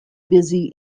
busy